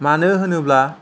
मानो होनोब्ला